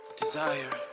Desire